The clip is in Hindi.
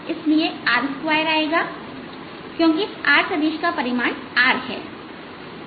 इसलिए r2 आएगा क्योंकि इस r सदिश का परिमाण r है